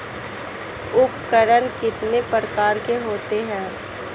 उपकरण कितने प्रकार के होते हैं?